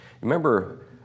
Remember